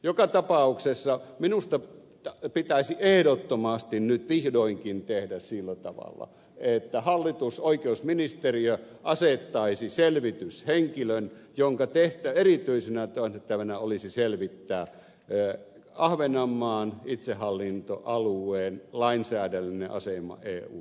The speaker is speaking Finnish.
joka tapauksessa minusta pitäisi ehdottomasti nyt vihdoinkin tehdä sillä tavalla että hallitus oikeusministeriö asettaisi selvityshenkilön jonka erityisenä tehtävänä olisi selvittää ahvenanmaan itsehallintoalueen lainsäädännöllinen asema eu